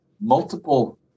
multiple